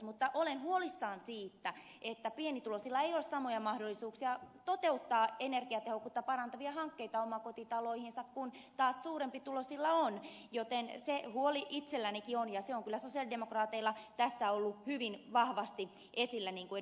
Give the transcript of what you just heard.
mutta olen huolissani siitä että pienituloisilla ei ole samoja mahdollisuuksia toteuttaa energiatehokkuutta parantavia hankkeita omakotitaloihinsa kun taas suurempituloisilla on joten se huoli itsellänikin on ja se on kyllä sosialidemokraateilla tässä ollut hyvin vahvasti esillä niin kuin ed